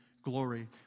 Glory